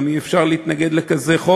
וגם אי-אפשר להתנגד לחוק כזה.